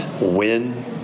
win